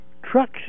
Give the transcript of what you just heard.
trucks